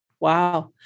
Wow